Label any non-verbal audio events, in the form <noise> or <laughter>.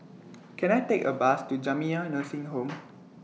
Can I Take A Bus to Jamiyah Nursing Home <noise>